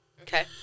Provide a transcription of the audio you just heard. Okay